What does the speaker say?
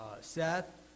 Seth